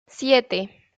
siete